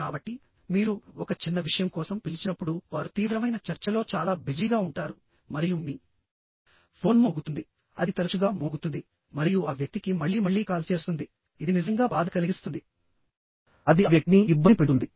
కాబట్టి మీరు ఒక చిన్న విషయం కోసం పిలిచినప్పుడు వారు తీవ్రమైన చర్చలో చాలా బిజీగా ఉంటారు మరియు మీ ఫోన్ మోగుతుంది అది తరచుగా మోగుతుంది మరియు ఆ వ్యక్తికి మళ్లీ మళ్లీ కాల్ చేస్తుంది ఇది నిజంగా బాధ కలిగిస్తుంది అది ఆ వ్యక్తిని ఇబ్బంది పెడుతుంది